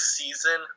season